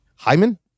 Hyman